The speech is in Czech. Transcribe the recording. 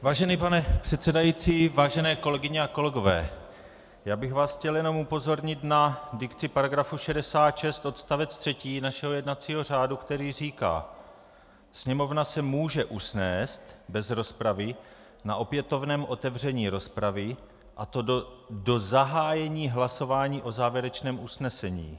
Vážený pane předsedající, vážené kolegyně a kolegové, já bych vás chtěl jen upozornit na dikci § 66 odst. 3 našeho jednacího řádu, který říká: Sněmovna se může usnést bez rozpravy na opětovném otevření rozpravy, a to do zahájení hlasování o závěrečném usnesení.